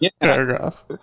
paragraph